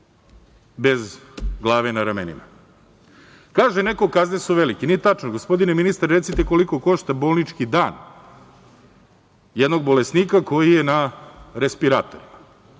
bez glave na ramenima? Kaže neko, kazne su velike, nije tačno. Gospodine ministre, recite, koliko košta bolnički dan jednog bolesnika koji je na respiratorima?